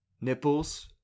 Nipples